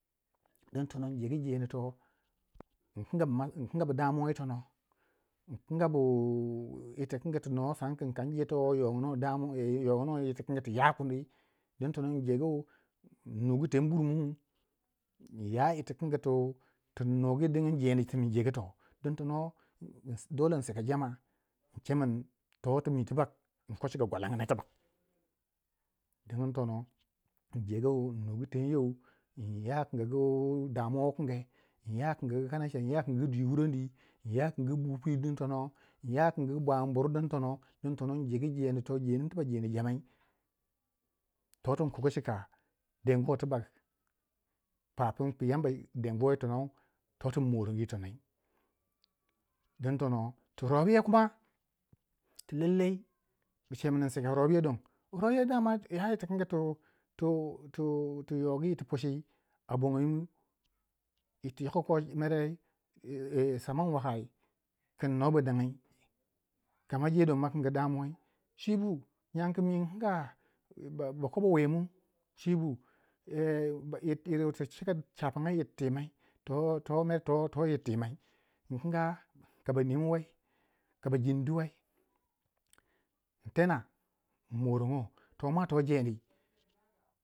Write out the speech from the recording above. digin tono in jegu jeni to in kinga bu damuwa wukinge yi tono inkinga ʙᴜ ʏɪᴛɪᴋɪɴɢᴀ ᴛɪ ɴᴏ ꜱᴀɴ ᴋɪɴ ʏᴏɴɢᴜɴᴏᴜ ᴅᴀᴍᴜᴡᴀ, ʏᴏɴɢɪɴᴏᴜ ʏɪᴛɪᴋɪɴɢɪ ᴛɪ ʏᴀᴋᴜɴɪɪ ᴅᴏɴ ᴛᴏɴᴏ ɪɴᴊᴇɢᴜ ɪɴɴᴜɢᴜ ᴛᴇɴɢ ʙᴜʀᴍᴜ, ɪɴʏᴀ ʏɪᴛᴋɪɴɢɪ ᴛɪɴ ɴᴜɢᴜ ᴅɪɴɢɪɴ ᴊᴇɴɪ ᴛɪɴ ᴊᴇɢᴜ ᴛᴏʜ ᴅɪɴɢɪɴ ᴛᴏɴᴏ, ᴅᴏʟᴇ ɪɴꜱᴇᴋᴀ ᴊᴀᴍᴀ ɪɴ ᴄᴇᴍɪɴ, ᴛᴏᴛɪ ᴍɪ ᴛɪʙᴀᴋ ɪɴ ᴋᴏɢᴜ ᴄɪᴋᴀ ᴀ ɢᴡᴀʟᴀɴɢɴᴀ ᴅɪɴɢɪɴ ᴛᴏɴᴏ ɪɴ ᴊᴇɢᴜ ɪɴɴᴜɢᴜ ᴛᴇɴʏᴇᴜ ɪɴʏᴀᴋɪɴɢᴜɴɢᴜ ᴅᴀᴍᴜᴡᴀ ᴡᴜ ᴋɪɴɢᴇ, ɪɴʏᴀ ᴋɪɢɪɴɢᴜ ᴋᴀɴᴀᴄʜᴀ ɪɴʏᴀ ᴋɪɴɢɪɴɢᴜ ᴅɪɪ ᴡᴜʀᴏɴᴅɪ, ɪɴʏᴀ ᴋɪɴɢᴜ ʙᴡᴜ ᴘᴡɪᴜ ᴅɪɴ ᴛᴏɴᴏ, ɪɴʏᴀ ᴋɪɴɢᴜ ʙᴡᴀɴɢ ʙᴜʀᴜᴜ ᴅɪɴ ᴛᴏɴᴏ, ᴅɪɴ ᴛᴏɴᴏ ɪɴᴊᴇɢᴜ ᴊᴇɴᴅɪɪ ᴛᴏʜ, ᴊᴇɴᴅɪɴ ᴛɪʙᴀᴋ ᴊᴇɴɪ ᴊᴀᴍᴀɪ ᴛᴏᴛɪɴᴋᴏɢᴜ ᴄɪᴋᴀ ᴅᴇɴɢᴏ ᴛɪʙᴀᴋ ᴋᴀᴘɴ ᴘɪ ʏᴀᴍʙᴀ ᴅᴇɴɢᴏ ʏɪ ᴛᴏɴᴏᴜ, ᴛᴏᴛɪɴ ᴍᴏʀᴏɴɢᴜ ʏɪ ᴛᴏɴᴏɪ, ᴅɪɴ ᴛᴏɴᴏ ᴛᴜ ʀᴏɴ ʏᴏ ᴋᴜᴍᴀ ᴛᴜ ʟᴀʟʟᴀɪ ʙᴜ ᴄᴇᴍɪɴ ɪɴꜱᴇᴋᴀ ʀᴏᴘ ʏᴏ ᴅᴏɴɢ, ʀᴏᴘ ʏᴏɪ ᴅᴀᴍᴀ ʏᴀ ʏɪᴛɪᴋɪɴɢᴜ ᴛᴜ ʏᴏɢɪ ᴛᴜ ᴘᴜᴄʜɪɪ ᴀ ʙᴏɢᴏɴᴍᴜ ʏɪᴛɪ ʏᴏᴋᴏᴋᴏ ᴍᴇʀᴇɪ ʏɪ ꜱᴀᴍᴀɴ ᴡᴀᴋᴀɪ ᴋɪɴ ɴᴏʙᴀ ɴɪɴɢɪ ᴋᴀᴍᴀ ᴊᴇᴅᴏɴ ᴍᴀᴋɪɴ ᴅᴀᴍᴜᴡᴀ, ᴄʜᴡɪ ʙᴜ ɴʏᴀɴᴋɪ ᴍɪ ɪɴᴋɪɴɢᴀ ʙᴀᴋᴏʙᴏ ᴡᴇɪ ᴍᴜ ᴄʜᴡɪʙᴜ ʏɪʀ ᴛᴜ ᴄɪᴋᴀ ᴄʜᴀᴘᴀɴɢᴀɪ ʏɪʀ ᴛɪᴍᴀɪ, ᴛᴏ ᴍᴇʀ ᴛᴏ ʏɪʀ ᴛɪᴍᴀɪ ɪɴᴋɪɴɢᴀ ᴋᴀ ʙᴀ ɴᴇᴍ ᴡᴇɪ ᴋᴀʙᴀ ᴊɪɴᴅɪ ᴡᴇɪ ɪɴᴛᴇɴᴀ ɪɴ ᴍᴏʀᴏɴɢᴏ ᴛᴏ ᴍᴀ ᴛᴏ ᴊᴇɴᴅɪ